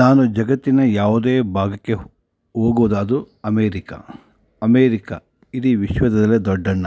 ನಾನು ಜಗತ್ತಿನ ಯಾವುದೇ ಭಾಗಕ್ಕೆ ಹೋಗೂದಾದ್ರೂ ಅಮೇರಿಕಾ ಅಮೇರಿಕಾ ಇಡೀ ವಿಶ್ವದಲ್ಲೇ ದೊಡ್ಡಣ್ಣ